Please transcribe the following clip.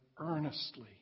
earnestly